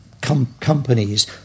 companies